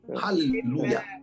Hallelujah